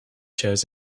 shows